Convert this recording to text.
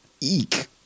Eek